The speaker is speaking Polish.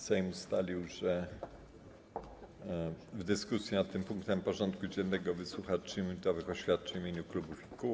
Sejm ustalił, że w dyskusji nad tym punktem porządku dziennego wysłucha 3-minutowych oświadczeń w imieniu klubów i kół.